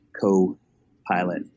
co-pilot